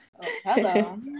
hello